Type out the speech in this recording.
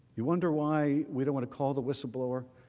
you wonder why we don't want to call the whistleblower,